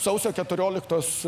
sausio keturioliktos